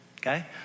okay